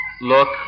look